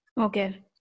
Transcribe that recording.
okay